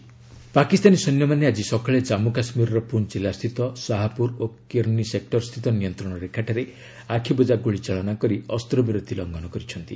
seize fire violation Pakistani ସୈନ୍ୟମାନେ ଆଜି ସକାଳେ କାଞ୍ଜୁ କାଶ୍ମୀରର ପୁଞ୍ କିଲ୍ଲା ସ୍ଥିତ ସାହାପୁର ଓ କିର୍ଷ୍ଣ ସେକ୍ଟର ସ୍ଥିତ ନିୟନ୍ତ୍ରଣ ରେଖାଠାରେ ଆଖିବୁଝା ଗୁଳିଚାଳନା କରି ଅସ୍ତ୍ରବିରତି ଲଙ୍ଘନ କରିଛନ୍ତି